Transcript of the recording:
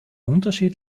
unterschied